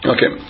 Okay